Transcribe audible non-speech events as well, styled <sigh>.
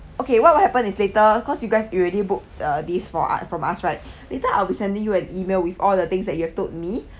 okay what will happen is later cause you guys you already booked uh these for us~ from us right <breath> later I'll be sending you an email with all the things that you have told me